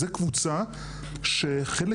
זה קבוצה שחלק,